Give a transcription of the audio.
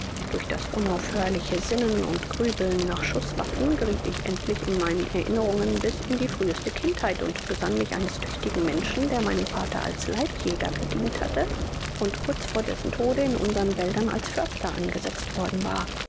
durch das unaufhörliche sinnen und grübeln nach schußwaffen gerieth ich endlich in meinen erinnerungen bis in die früheste kindheit und besann mich eines tüchtigen menschen der meinem vater als leibjäger gedient hatte und kurz vor dessen tode in unsern wäldern als förster angestellt worden war